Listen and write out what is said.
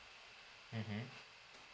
mmhmm